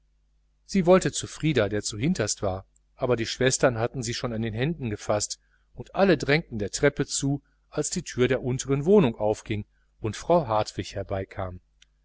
sie wollte zu frieder der zu hinterst war aber die schwestern hatten sie schon an beiden händen gefaßt und alle drängten der treppe zu als die türe der untern wohnung aufging und frau hartwig herbeikam